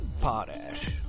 potash